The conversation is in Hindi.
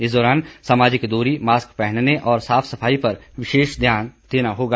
इस दौरान सामाजिक दूरी मास्क पहनने और साफ सफाई पर विशेष ध्यान होगा